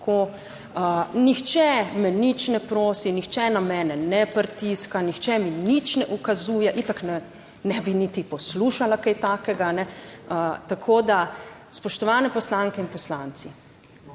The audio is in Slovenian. Nihče me nič ne prosi, nihče na mene ne pritiska, nihče mi nič ne ukazuje. Itak ne bi niti poslušala kaj takega. Tako da, spoštovane poslanke in poslanci,